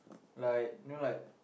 like know like